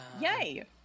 Yay